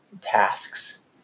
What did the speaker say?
tasks